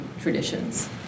traditions